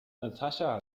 natascha